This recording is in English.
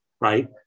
Right